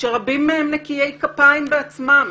-- שרבים מהם נקיי כפיים בעצמם.